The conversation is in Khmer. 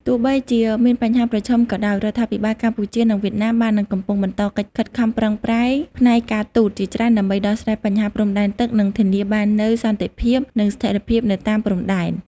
ទោះបីជាមានបញ្ហាប្រឈមក៏ដោយ រដ្ឋាភិបាលកម្ពុជា និងវៀតណាម បាននិងកំពុងបន្តកិច្ចខិតខំប្រឹងប្រែងផ្នែកការទូតជាច្រើនដើម្បីដោះស្រាយបញ្ហាព្រំដែនទឹក និងធានាបាននូវសន្តិភាព និងស្ថិរភាពនៅតាមព្រំដែន។